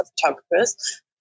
photographers